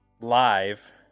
Live